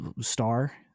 star